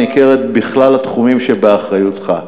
ניכרת בכלל התחומים שבאחריותך.